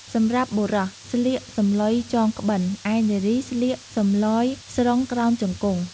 សម្រាប់បុរសស្លៀកសំឡុយចងក្បិន ឯនារីស្លៀកសំឡុយស្រុងក្រោមជង្គង់ ។